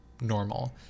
normal